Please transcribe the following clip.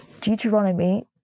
deuteronomy